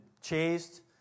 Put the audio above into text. chased